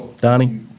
Donnie